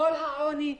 העוני,